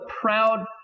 proud